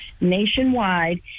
nationwide